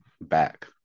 back